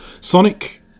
Sonic